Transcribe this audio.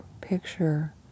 picture